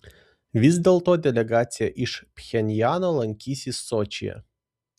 vis dėl to delegacija iš pchenjano lankysis sočyje